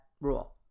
rule